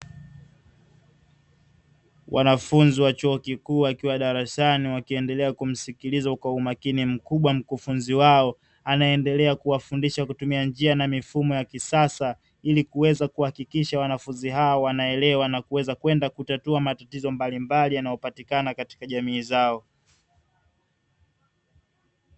Wanafunzi wa chuo kikuu wakiwa darasani, wakiendelea kumsikiliza kwa umakini mkubwa mkufunzi wao; anayeendelea kuwafundisha kwa kutumia njia na mifumo ya kisasa, ili kuweza kuhakikisha wanafunzi hao wanaelewa na kuweza kwenda kutatua matatizo mbalimbali yanayopatikana katika jamii zao.